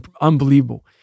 unbelievable